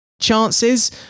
chances